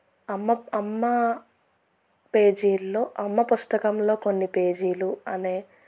అమ్మ అమ్మ పేజీల్లో అమ్మ పుస్తకంలో కొన్ని పేజీలు అనే